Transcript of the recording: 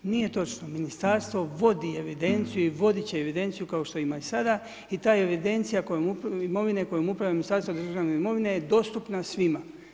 Nije točno, ministarstvo vodi evidenciju i voditi će evidenciju kao što ima i sada i ta evidencija imovine kojom upravlja Ministarstvo državne imovine je dostupna svima.